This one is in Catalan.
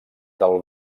del